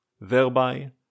thereby